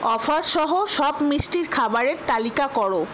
offer সহ সব মিষ্টির খাবারের তালিকা করো